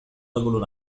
رجل